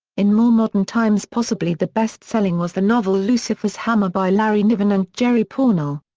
in more modern times possibly the best-selling was the novel lucifer's hammer by larry niven and jerry pournelle.